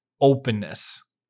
openness